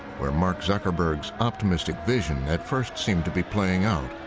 where mark zuckerberg's optimistic vision at first seemed to be playing out.